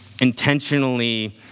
intentionally